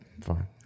Fine